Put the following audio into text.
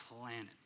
planet